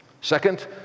Second